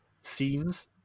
scenes